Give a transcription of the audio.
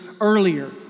earlier